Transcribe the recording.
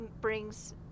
brings